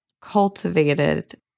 cultivated